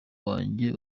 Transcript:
wanjye